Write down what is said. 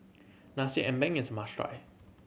Nasi Ambeng is must try